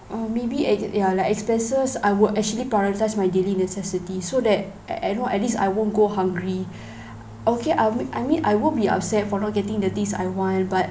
uh maybe at ya like expenses I would actually prioritise my daily necessities so that I know at least I won't go hungry okay I'll I mean I won't be upset for not getting the things I want but